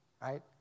right